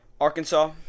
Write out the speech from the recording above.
Arkansas